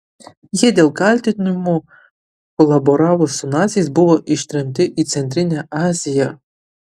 jie dėl kaltinimų kolaboravus su naciais buvo ištremti į centrinę aziją